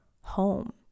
home